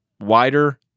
wider